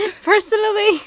Personally